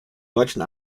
deutschen